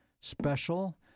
special